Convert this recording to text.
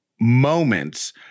moments